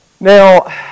Now